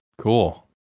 cool